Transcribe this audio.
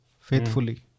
faithfully